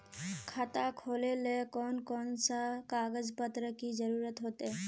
खाता खोलेले कौन कौन सा कागज पत्र की जरूरत होते?